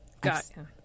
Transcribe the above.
Gotcha